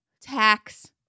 tax